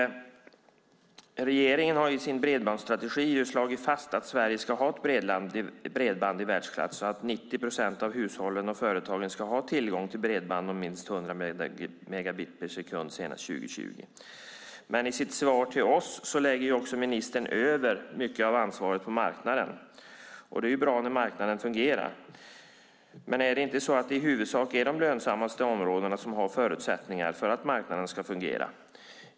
Regeringen har i sin bredbandsstrategi slagit fast att Sverige ska ha ett bredband i världsklass så att 90 procent av hushållen och företagen ska ha tillgång till bredband om minst 100 megabit per sekund senast 2020. Men enligt sitt svar till oss lägger ministern över mycket av ansvaret på marknaden, och det är bra när marknaden fungerar. Är det inte i huvudsak är i de lönsammaste områdena som marknaden har förutsättningar för att fungera?